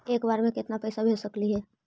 एक बार मे केतना पैसा भेज सकली हे?